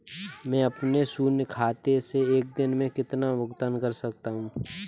मैं अपने शून्य खाते से एक दिन में कितना भुगतान कर सकता हूँ?